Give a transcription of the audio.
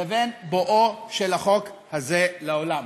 לבין בואו של החוק הזה לעולם.